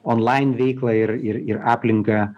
onlain veiklą ir ir ir aplinką